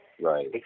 right